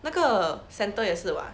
那个 santa 也是 [what]